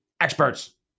experts